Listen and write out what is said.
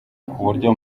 kubyo